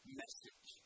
message